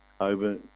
over